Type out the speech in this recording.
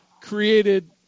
created